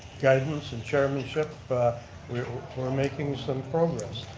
guidance and chairmanship we're we're making some progress.